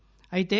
అయితే